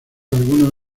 algunos